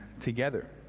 together